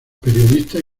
periodistas